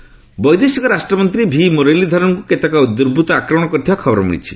Muraleedharan attack ବୈଦେଶିକ ରାଷ୍ଟ୍ରମନ୍ତ୍ରୀ V ମୁରଲୀଧରନ୍ଙ୍କୁ କେତେକ ଦୁର୍ବୃତ୍ତ ଆକ୍ରମଣ କରିଥିବା ଖବର ମିଳିଛି